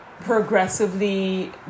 progressively